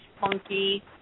funky